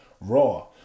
Raw